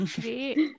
Great